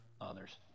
others